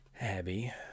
Abby